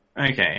Okay